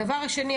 הדבר השני,